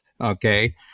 Okay